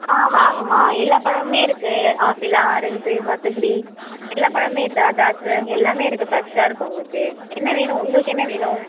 ஆ வாங்கம்மா எல்லா பழமுமே இருக்குது ஆப்பிளு ஆரெஞ்சி சாத்துக்குடி எல்லா பழமுமே திரா திராட்சை எல்லாமே இருக்குது ஃப்ரெஷ்ஷாக இருக்குது உங்களுக்கு என்ன வேணும் உங்களுக்கு என்ன வேணும்